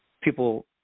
people